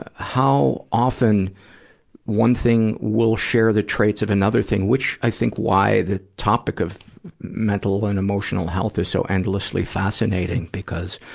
ah how often one thing will share the traits of another thing, which, i think, why the topic of mental and emotional health is so endlessly fascinating, because,